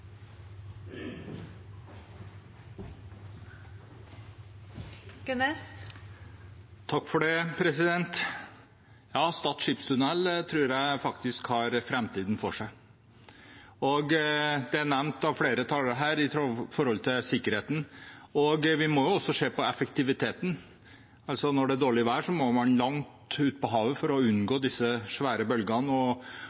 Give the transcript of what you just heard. Ja, Stad skipstunnel tror jeg faktisk har framtiden foran seg. Flere talere har nevnt sikkerheten, og vi må også se på effektiviteten. Når det er dårlig vær, må man langt utpå havet for å unngå